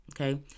okay